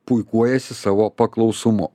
puikuojasi savo paklausumu